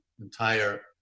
entire